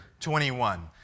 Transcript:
21